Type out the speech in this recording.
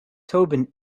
tobin